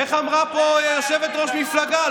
איך אמרה פה יושבת-ראש מפלגה?